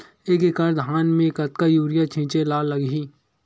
एक एकड़ धान में कतका यूरिया छिंचे ला लगही?